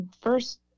first